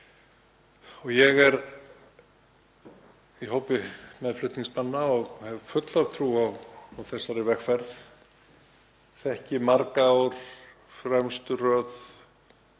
Ég er í hópi meðflutningsmanna og hef fulla trú á þessari vegferð. Ég þekki marga úr fremstu röð